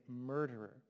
murderer